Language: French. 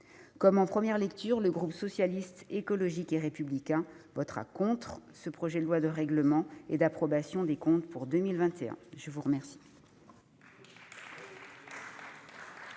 Comme en première lecture, le groupe Socialiste, Écologiste et Républicain votera contre ce projet de loi de règlement et d'approbation des comptes de 2021. La parole